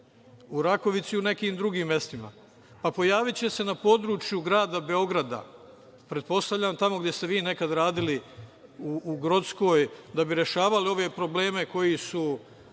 U Rakovici i u nekim drugim mestima. Pojaviće se na području grada Beograda, pretpostavljam tamo gde ste vi nekad radili, u Grockoj, da bi rešavali ove probleme koji su